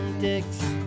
dicks